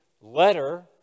letter